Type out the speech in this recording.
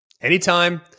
Anytime